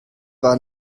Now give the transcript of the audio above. war